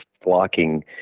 flocking